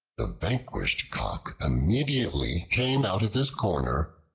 the vanquished cock immediately came out of his corner,